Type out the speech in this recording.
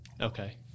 Okay